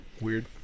Weird